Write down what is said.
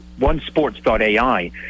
onesports.ai